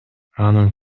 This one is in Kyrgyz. анын